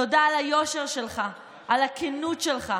תודה על היושר שלך, על הכנות שלך,